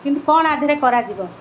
କିନ୍ତୁ କ'ଣ ଆ ଦେହରେ କରାଯିବ